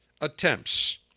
attempts